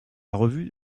revue